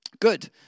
Good